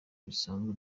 bisanzwe